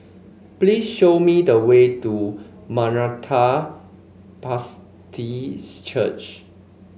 please show me the way to Maranatha Church